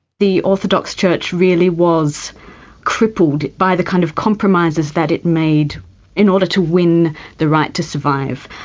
the orthodox church really was crippled by the kind of compromises that it made in order to win the right to survive.